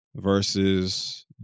Versus